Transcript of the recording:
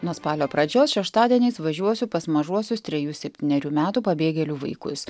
nuo spalio pradžios šeštadieniais važiuosiu pas mažuosius trejų septynerių metų pabėgėlių vaikus